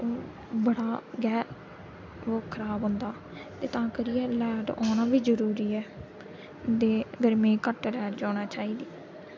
बड़ा गै ओह् खराब होंदा ते तां करियै लाइट औना बी जरूरी ऐ ते गर्मी च घट्ट लाइट जाना चाहिदी